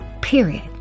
period